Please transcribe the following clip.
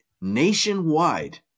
Nationwide